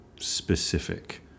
specific